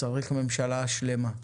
צריך ממשלה שלמה,